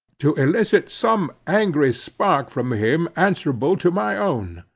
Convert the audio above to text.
to elicit some angry spark from him answerable to my own.